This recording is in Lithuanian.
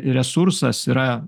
resursas yra